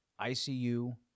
ICU